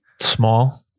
Small